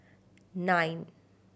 nine